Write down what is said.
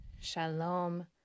shalom